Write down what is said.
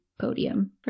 podium